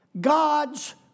God's